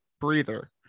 breather